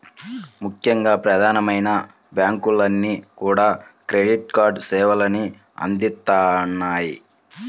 ముఖ్యంగా ప్రధానమైన బ్యాంకులన్నీ కూడా క్రెడిట్ కార్డు సేవల్ని అందిత్తన్నాయి